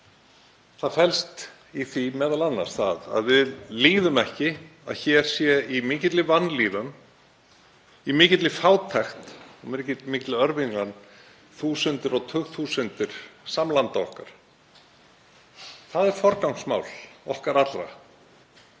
Það felst í því m.a. að við líðum ekki að hér séu í mikilli vanlíðan, í mikilli fátækt og mikilli örvilnan þúsundir og tugþúsundir samlanda okkar. Það er forgangsmál okkar allra